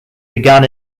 began